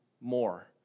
more